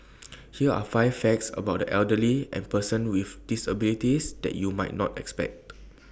here are five facts about the elderly and persons with disabilities that you might not expect